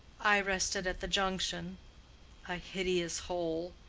i rested at the junction a hideous hole.